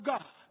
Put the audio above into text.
God